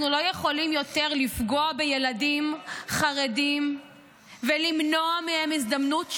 אנחנו לא יכולים יותר לפגוע בילדים חרדים ולמנוע מהם הזדמנות שווה.